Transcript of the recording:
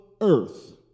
earth